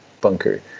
bunker